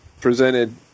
presented